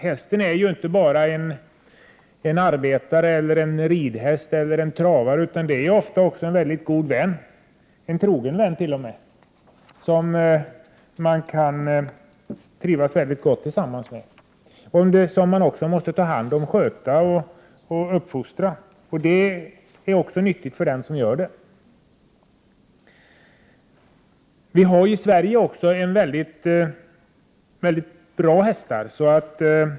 Hästen är ju inte bara en arbetshäst, en ridhäst eller en travare. Den är ofta också en mycket god vän, en trogen vän, som man kan trivas gott tillsammans med och som man måste ta hand om, sköta och uppfostra. Det är nyttigt också för den som gör det. Vi har i Sverige mycket bra hästar.